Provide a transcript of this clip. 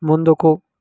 ముందుకు